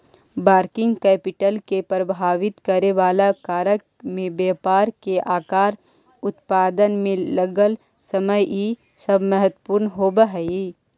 working capital के प्रभावित करेवाला कारक में व्यापार के आकार, उत्पादन में लगल समय इ सब महत्वपूर्ण होव हई